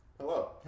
Hello